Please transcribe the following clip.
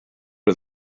nhw